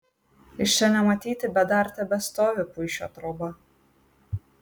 iš čia nematyti bet dar tebestovi puišio troba